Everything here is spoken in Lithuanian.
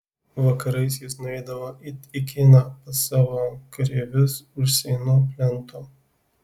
vakarais jis nueidavo it į kiną pas savo kareivius už seinų plento